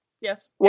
Yes